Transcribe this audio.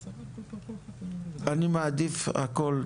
אני מעדיף הכל,